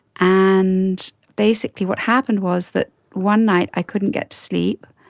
and basically what happened was that one night i couldn't get to sleep,